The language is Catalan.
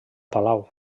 palau